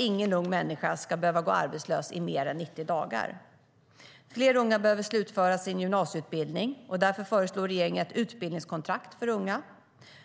Ingen ung människa ska behöva gå arbetslös i mer än 90 dagar. Fler unga behöver slutföra sin gymnasieutbildning. Därför föreslår regeringen ett utbildningskontrakt för unga.